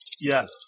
Yes